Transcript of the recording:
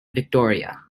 victoria